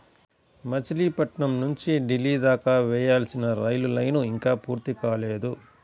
మచిలీపట్నం నుంచి ఢిల్లీ దాకా వేయాల్సిన రైలు లైను ఇంకా పూర్తి కాలేదు